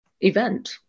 event